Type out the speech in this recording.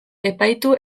epaitu